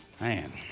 Man